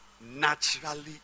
naturally